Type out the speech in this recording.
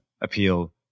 appeal